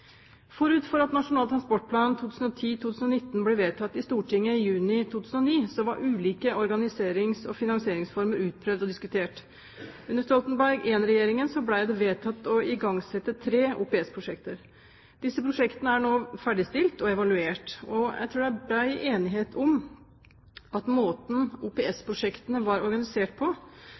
Forut for at Nasjonal transportplan 2010–2019 ble vedtatt i Stortinget i juni 2009, var ulike organiserings- og finansieringsformer utprøvd og diskutert. Under Stoltenberg I-regjeringen ble det vedtatt å igangsette tre OPS-prosjekter. Disse prosjektene er nå ferdigstilt og evaluert. Jeg tror det er bred enighet om at måten OPS-prosjektene var organisert på og den forutsigbarheten som lå i finansieringen, gjorde at disse investeringsprosjektene ble gjennomført på